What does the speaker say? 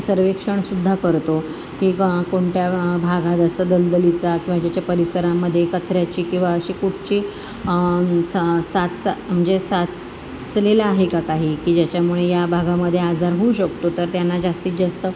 सर्वेक्षणसुद्धा करतो किंवा कोणत्या भाग हा जास्त दलदलीचा अथवा ज्याच्या परिसरामध्ये कचऱ्याची किंवा अशी कुठची स साचा म्हणजे साचलेलं आहे का काही की ज्याच्यामुळे या भागामध्ये आजार होऊ शकतो तर त्यांना जास्तीत जास्त